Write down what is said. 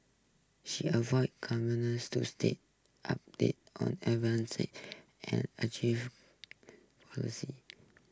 she avoid to stay updated on and achieve policy